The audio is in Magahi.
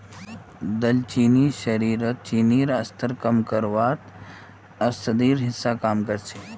दालचीनी शरीरत चीनीर स्तरक कम करवार त न औषधिर हिस्सा काम कर छेक